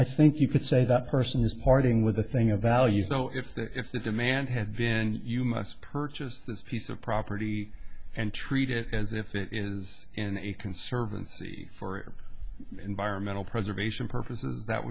i think you could say that person is parting with a thing of value so if that if the demand had been you must purchase this piece of property and treat it as if it is in a conservancy for environmental preservation purposes that